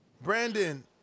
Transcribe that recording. Brandon